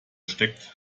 steckt